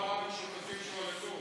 כחול לבן הם שותפים של הליכוד.